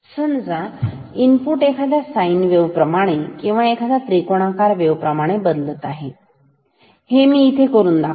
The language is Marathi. समजा इनपुट एखाद्या साइन वेव्हप्रमाणे किंवा एखाद्या त्रिकोणाकार वेव्ह प्रमाणे बदलत असेल हे मी इथे करून दाखवतो